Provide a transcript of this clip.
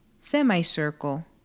semicircle